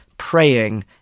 praying